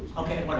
okay.